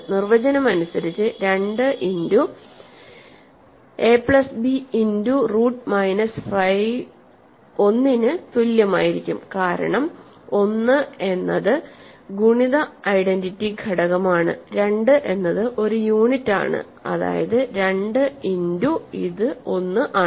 നിർവചനം അനുസരിച്ച് 2 into A plus B into root minus 5 1 ന് തുല്യമായിരിക്കും കാരണം 1 എന്നത് ഗുണിത ഐഡന്റിറ്റി ഘടകമാണ് 2 എന്നത് ഒരു യൂണിറ്റ് ആണ്അതായത് 2 ഇന്റു ഇത് 1 ആണ്